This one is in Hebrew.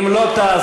אם לא תעזרו,